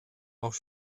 auch